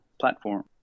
platform